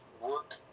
work